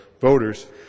voters